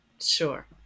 sure